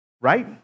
Right